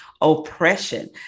Oppression